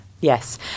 yes